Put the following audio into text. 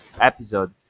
episode